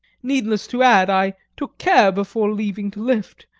needless to add, i took care before leaving to lift,